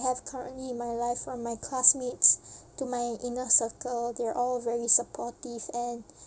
have currently in my life are my classmates to my inner circle they're all very supportive and